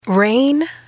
Rain